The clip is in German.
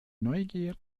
neugier